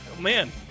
Man